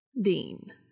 Dean